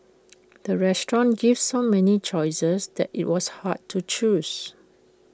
the restaurant gave so many choices that IT was hard to choose